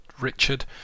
richard